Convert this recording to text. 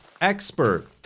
Expert